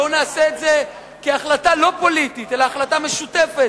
בואו נעשה את זה כהחלטה לא פוליטית אלא כהחלטה משותפת,